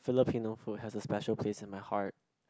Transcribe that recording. Filipino food has a special place in my heart